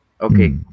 Okay